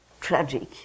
tragic